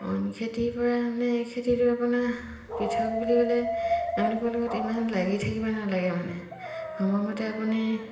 অইন খেতিৰ পৰা মানে এই খেতিটো আপোনাৰ পৃথক বুলি ক'লে তেওঁলোকৰ লগত ইমান লাগি থাকিব নালাগে মানে সময়মতে আপুনি